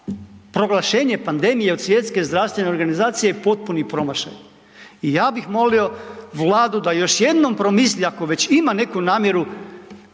proglašenje pandemije od Svjetske zdravstvene organizacije je potpuni promašaj. I ja bih molio Vladu da još jednom promisli ako već ima neku namjeru